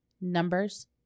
Numbers